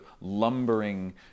lumbering